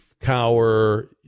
cower